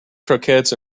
croquettes